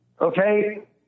okay